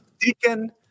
Deacon